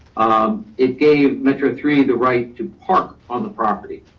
um it gave metro three the right to park on the property.